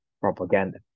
propaganda